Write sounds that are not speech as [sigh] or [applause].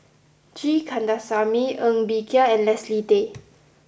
G Kandasamy Ng Bee Kia and Leslie Tay [noise]